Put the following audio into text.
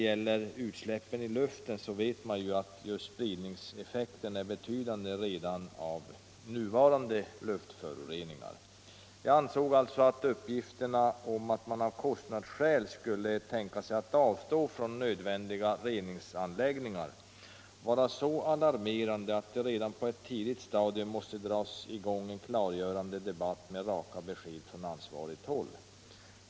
Om utsläppen i luften vet man att spridningseffekten är betydande redan av nuvarande luftföroreningar. Jag ansåg alltså att uppgifterna om att man av kostnadsskäl skulle avstå från nödvändiga reningsanläggningar var så alarmerande att det redan på ett tidigt stadium måste dras i gång en klargörande debatt med raka besked från ansvarigt håll.